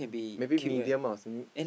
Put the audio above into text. maybe medium or some